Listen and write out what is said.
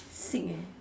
sick eh